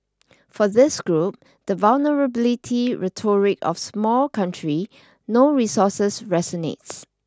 for this group the vulnerability rhetoric of small country no resources resonates